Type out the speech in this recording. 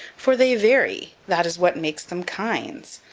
for they vary that is what makes them kinds.